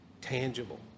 tangible